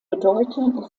bedeutung